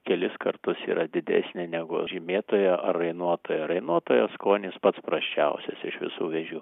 kelis kartus yra didesnė negu žymėtojo ar rainuotojo rainuotojo skonis pats prasčiausias iš visų vėžių